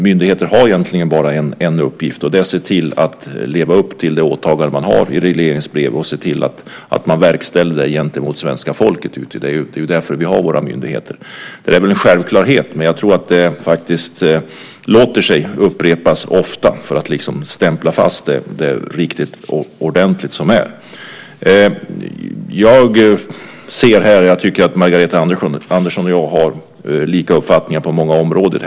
Myndigheter har egentligen bara en uppgift och det är att se till att leva upp till det åtagande man har i regleringsbrev och se till att man verkställer det gentemot svenska folket. Det är därför vi har våra myndigheter. Det är en självklarhet, men jag tror att man kan upprepa det ofta för att stämpla fast det ordentligt. Jag tycker att Margareta Andersson och jag har samma uppfattning på många områden.